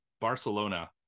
Barcelona